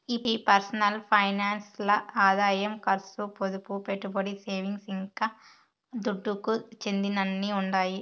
ఈ personal finance ల్ల ఆదాయం కర్సు, పొదుపు, పెట్టుబడి, సేవింగ్స్, ఇంకా దుడ్డుకు చెందినయ్యన్నీ ఉండాయి